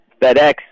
FedEx